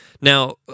Now